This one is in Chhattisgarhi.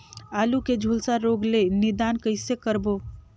आलू के झुलसा रोग ले निदान कइसे करबो?